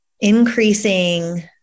increasing